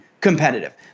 competitive